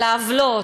על העוולות,